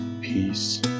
peace